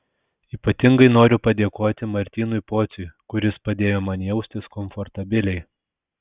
ypatingai noriu padėkoti martynui pociui kuris padėjo man jaustis komfortabiliai